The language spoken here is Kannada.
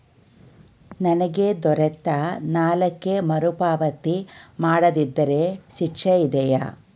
ನನಗೆ ದೊರೆತ ಸಾಲಕ್ಕೆ ಮರುಪಾವತಿ ಮಾಡದಿದ್ದರೆ ಶಿಕ್ಷೆ ಇದೆಯೇ?